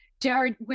Jared